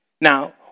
Now